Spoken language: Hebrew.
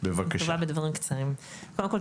אני טובה בדברים קצרים: קודם כל,